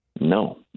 no